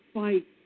fight